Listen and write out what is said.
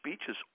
speeches